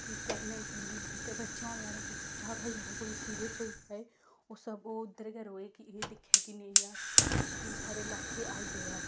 pregnant जि'नें गी बच्चा होने आह्ला जैदा जैदा कोई सीरियस होई जाए ओह् सब ओह् उद्धर गै र'वै एह् दिक्खै कि नेईं यार कि साढ़े लाके आई गेदा ऐ